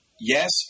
Yes